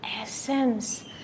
essence